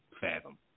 fathom